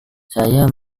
saya